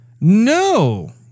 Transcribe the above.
No